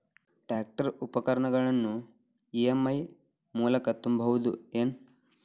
Tractor ಉಪಕರಣಗಳನ್ನು EMI ಮೂಲಕ ತುಂಬಬಹುದ ಏನ್?